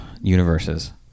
universes